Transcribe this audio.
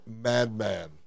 madman